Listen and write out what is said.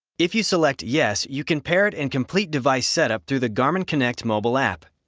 if you select yes, you can pair it and complete device setup through the garmin connect mobile app.